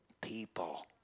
people